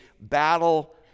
battle